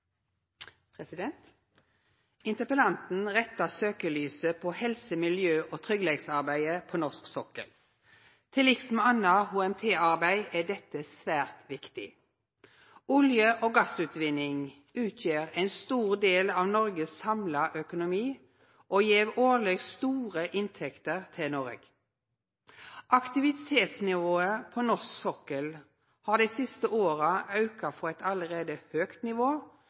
Interpellanten rettar søkelyset mot helse-, miljø- og tryggleiksarbeidet på norsk sokkel. Til liks med anna HMT-arbeid er dette svært viktig. Olje- og gassutvinning utgjer ein stor del av Noregs samla økonomi og gjev årleg store inntekter til Noreg. Aktivitetsnivået på norsk sokkel har dei siste åra auka frå eit allereie høgt nivå,